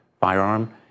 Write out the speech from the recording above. firearm